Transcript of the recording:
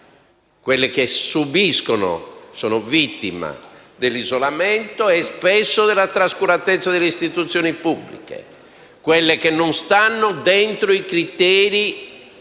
montane, che subiscono e sono vittime dell'isolamento e spesso della trascuratezza delle istituzioni pubbliche; quelle che non stanno dentro i criteri